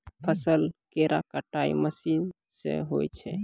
फसल केरो कटाई मसीन सें होय छै